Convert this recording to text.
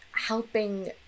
helping